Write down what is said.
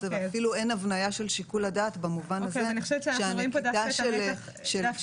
ואפילו אין הבניה של שיקול הדעת במובן הזה שהנקיטה של --- להראות